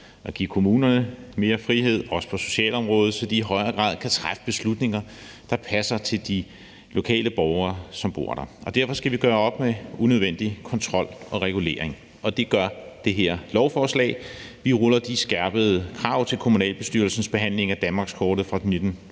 at give kommunerne mere frihed, også på socialområdet, så de i højere grad kan træffe beslutninger, der passer til de lokale borgere, som bor der. Derfor skal vi gøre op med unødvendig kontrol og regulering, og det gør vi med det her lovforslag. Vi ruller de skærpede krav til kommunalbestyrelsens behandling af danmarkskortet fra 2022